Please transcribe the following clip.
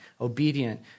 obedient